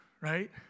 right